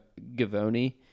Gavoni